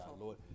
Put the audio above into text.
Lord